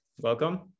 welcome